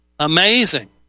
Amazing